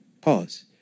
pause